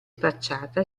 facciata